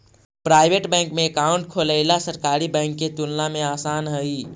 private bank में account खोलेला सरकारी बैंक के तुलना में आसान हइ